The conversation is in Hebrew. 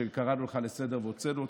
שקראנו אותך לסדר והוצאנו אותך.